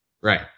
Right